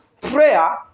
prayer